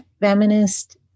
feminist